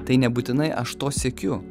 tai nebūtinai aš to siekiu